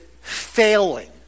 failing